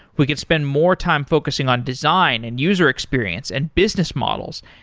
we could spend more time focusing on design and user experience and business models,